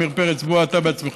עמיר פרץ, בוא אתה בעצמך.